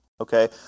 okay